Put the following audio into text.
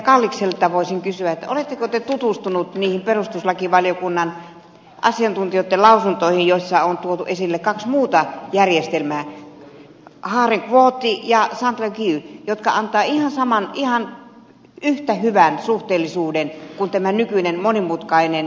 kallikselta voisin kysyä oletteko te tutustunut niihin perustuslakivaliokunnan asiantuntijoitten lausuntoihin joissa on tuotu esille kaksi muuta järjestelmää haren kvootti ja sainte lague jotka antavat ihan yhtä hyvän suhteellisuuden kuin tämä nykyinen monimutkainen kolmiportainen vaalijärjestelmä